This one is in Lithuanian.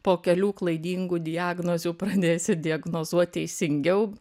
po kelių klaidingų diagnozių pradėsi diagnozuot teisingiau